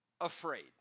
afraid